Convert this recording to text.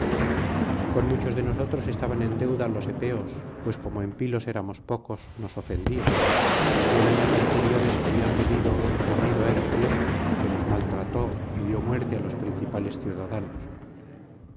con ñiuchos de nosotros estaban en deuda los epeos pues como en pilos éramos pocos nos ofendían y en años anteriores había venido el fornido hércules que nos maltrató y dio muerte á los principales ciudadanos